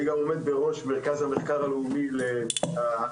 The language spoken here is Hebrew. אני גם עומד בראש מרכז המחקר הלאומי לאלקטרוכימי.